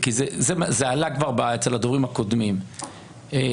כי זה עלה כבר אצל הדוברים הקודמים ולא